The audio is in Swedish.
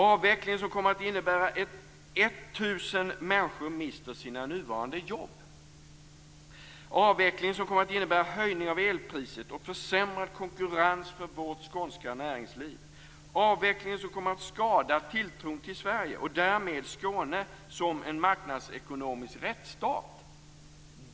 Avvecklingen kommer att innebära att 1 000 Avvecklingen kommer att innebära en höjning av elpriset och försämrad konkurrens för vårt skånska näringsliv. Avvecklingen kommer att skada tilltron till Sverige och därmed Skåne som en marknadsekonomisk rättsstat.